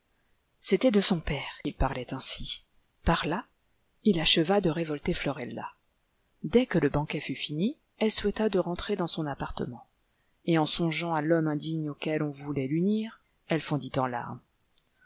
c'était de son père qu'il parlait ainsi par là il acheva de révolter florella dès que le banquet fut fini elle souhaita de rentrer dans son appartement et en songeant à l'homme indigne auquel on voulait l'unir elle fondit en larmes